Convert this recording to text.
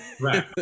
Right